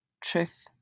Truth